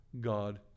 God